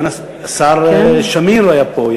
השר שמיר היה פה.